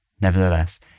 Nevertheless